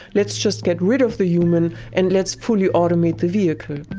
let's just get rid of the human and let's fully automate the vehicle